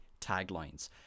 taglines